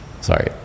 Sorry